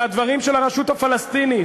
של הדברים של הרשות הפלסטינית.